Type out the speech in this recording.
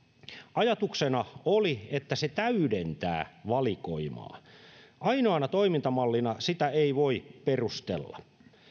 ajatuksena oli että se täydentää valikoimaa ainoana toimintamallina sitä ei voi perustella